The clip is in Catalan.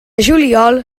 juliol